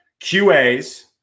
QAs